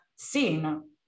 Seen